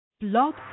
Blog